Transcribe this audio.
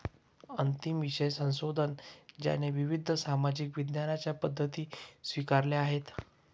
अंतिम विषय संशोधन ज्याने विविध सामाजिक विज्ञानांच्या पद्धती स्वीकारल्या आहेत